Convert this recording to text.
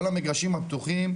כל המגרשים פתוחים,